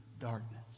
darkness